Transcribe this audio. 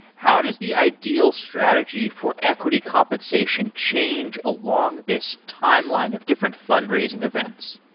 how does the ideal strategy for equity compensation change a long this timeline of different fundraising events?